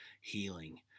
healing